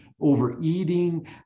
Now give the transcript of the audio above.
overeating